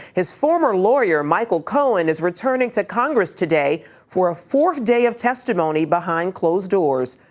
his former employer, michael cohen is returning to congress today for a fourth day of testimony behind closed doors.